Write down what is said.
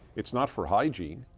it's not for hygiene.